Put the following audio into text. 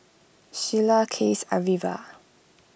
Shyla Case Arvilla